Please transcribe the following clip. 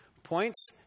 points